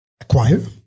acquire